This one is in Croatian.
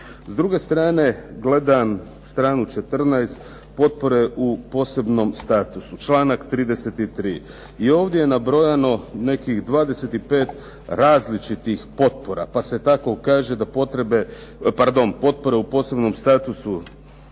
S druge strane gledam stranu 14. potpore u posebnom statusu, članak 33. i ovdje je nabrojano nekih 25 različitih potpora, pa se tako kaže da potpore u posebnom statusu